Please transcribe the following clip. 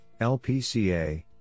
lpca